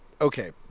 okay